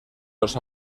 los